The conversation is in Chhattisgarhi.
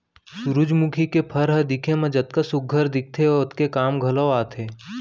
सुरूजमुखी के फर ह दिखे म जतका सुग्घर दिखथे ओतके काम घलौ आथे